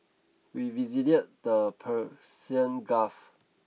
we visited the Persian Gulf